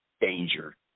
danger